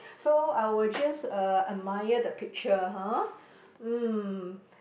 so I will just uh admire the picture ha mm